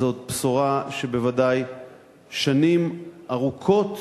זאת בשורה שבוודאי שנים ארוכות